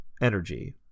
energy